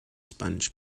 sponge